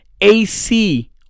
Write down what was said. AC